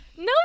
No